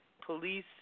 police